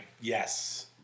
Yes